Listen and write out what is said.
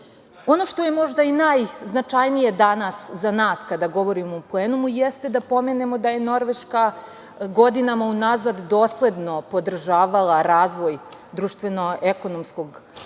što je možda najznačajnije danas za nas, kada govorimo u plenumu, jeste da pomenemo da je Norveška godinama unazad dosledno podržavala razvoj društveno-ekonomskog napretka